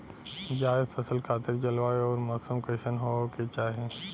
जायद फसल खातिर जलवायु अउर मौसम कइसन होवे के चाही?